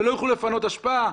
שלא יוכלו לפנות אשפה?